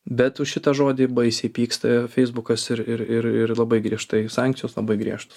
bet už šitą žodį baisiai pyksta feisbukas ir ir ir ir labai griežtai sankcijos labai griežtos